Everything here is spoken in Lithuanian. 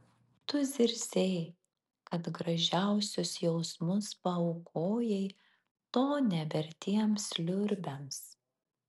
tu zirzei kad gražiausius jausmus paaukojai to nevertiems liurbiams